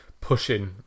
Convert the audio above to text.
pushing